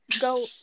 go